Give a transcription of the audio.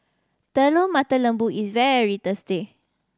Telur Mata Lembu is very tasty